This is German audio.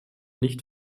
nicht